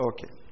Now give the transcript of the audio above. Okay